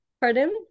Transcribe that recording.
Pardon